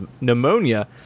pneumonia